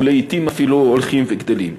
ולעתים אפילו הולכים וגדלים.